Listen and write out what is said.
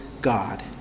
God